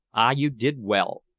ah, you did well.